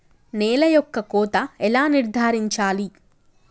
నేల యొక్క కోత ఎలా నిర్ధారించాలి?